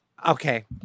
Okay